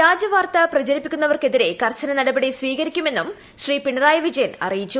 വ്യാജ വാർത്ത പ്രചരിപ്പിക്കുന്നവർക്കെതിരെ ്കർശന നടപടി സ്വീകരിക്കുമെന്ന് മുഖ്യമന്ത്രി അറിയിച്ചു